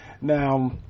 Now